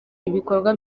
ibikorwa